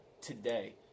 today